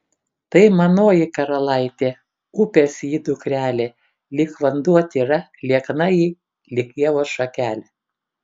tai manoji karalaitė upės ji dukrelė lyg vanduo tyra liekna ji lyg ievos šakelė